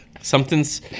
Something's